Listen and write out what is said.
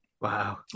Wow